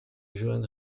joan